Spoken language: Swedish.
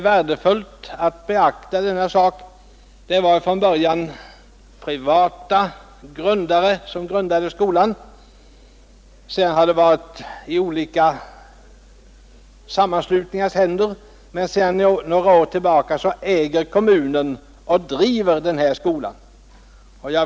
Skolan hade privata grundare, och den har därefter varit i olika sammanslutningars händer, men sedan några år tillbaka är det kommunen som äger och driver skolan.